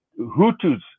Hutus